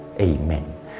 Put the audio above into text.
Amen